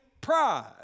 pride